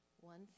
one